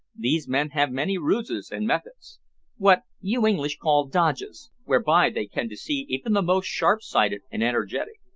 these men have many ruses and methods what you english call dodges whereby they can deceive even the most sharp-sighted and energetic.